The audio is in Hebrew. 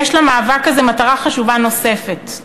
יש למאבק הזה מטרה חשובה נוספת.